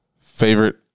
favorite